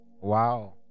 wow